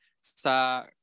sa